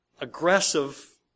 aggressive